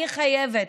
אני חייבת,